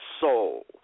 soul